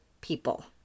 people